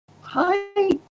Hi